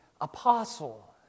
apostle